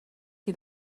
qui